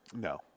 No